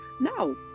no